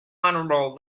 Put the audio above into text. honorable